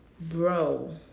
bro